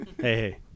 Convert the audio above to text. hey